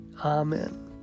Amen